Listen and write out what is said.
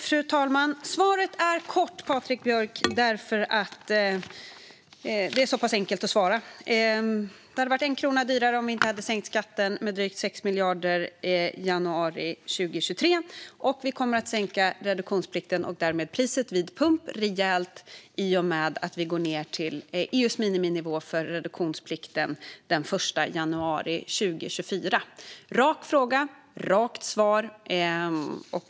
Fru talman! Svaret är kort, Patrik Björck, eftersom det är så pass enkelt att svara. Det hade varit 1 krona dyrare om vi inte hade sänkt skatten med drygt 6 miljarder januari 2023, och vi kommer att sänka reduktionsplikten och därmed priset vid pump rejält i och med att vi går ned till EU:s miniminivå för reduktionsplikten den 1 januari 2024. Rak fråga - rakt svar.